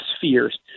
fears